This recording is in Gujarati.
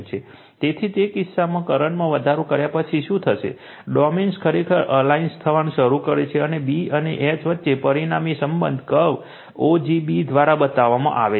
તેથી તે કિસ્સામાં કરંટમાં વધારો કર્યા પછી શું થશે ડોમેન્સ ખરેખર અલાઇન થવાનું શરૂ કરે છે અને B અને H વચ્ચે પરિણામી સંબંધ કર્વ o g b દ્વારા બતાવવામાં આવે છે